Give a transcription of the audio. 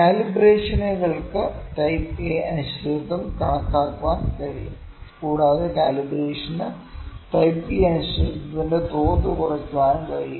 കാലിബ്രേഷനുകൾക്ക് type A അനിശ്ചിതത്വം കണക്കാക്കാൻ കഴിയും കൂടാതെ കാലിബ്രേഷന് ടൈപ്പ് ബി അനിശ്ചിതത്വത്തിന്റെ തോത് കുറയ്ക്കാനും കഴിയും